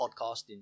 podcasting